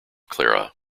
clara